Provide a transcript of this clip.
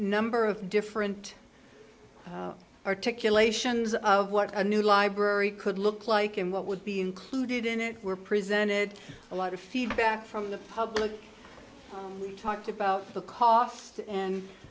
number of different articulations of what a new library could look like and what would be included in it were presented a lot of feedback from the public talked about the cost and